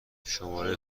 شماره